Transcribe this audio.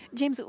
james,